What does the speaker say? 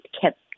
kept